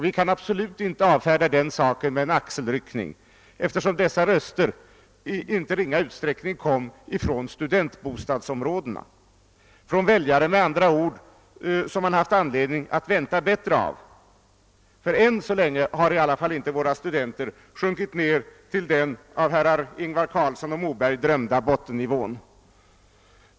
Vi kan absolut inte avfärda den saken med en axelryckning, eftersom dessa röster i inte ringa utsträckning kom ifrån studentbostadsområdena, med andra ord från väljare som man haft anledning att vän ta bättre av, ty än så länge har i varje fall inte våra studenter sjunkit ned till den av herrar Ingvar Carlsson och Moberg drömda bottennivån.